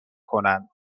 کنند